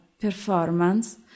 performance